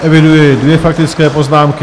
Eviduji dvě faktické poznámky.